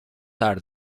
are